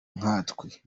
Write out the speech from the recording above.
nkatwe